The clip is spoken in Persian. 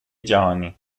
جهانی